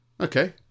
Okay